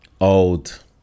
old